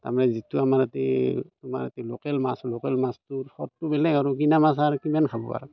তাৰমানে যিটো আমাৰ তাতে তোমাৰ লোকেল মাছ লোকেল মাছটো সোৱাদটো বেলেগ আৰু কিনা মাছ আৰু কিমান খাব আৰু